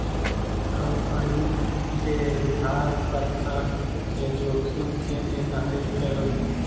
company के उधार प्रथा के जोखिम के निर्धारित करो हइ